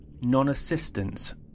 non-assistance